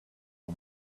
for